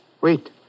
Wait